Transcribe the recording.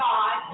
God